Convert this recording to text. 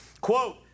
Quote